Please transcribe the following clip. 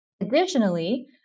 Additionally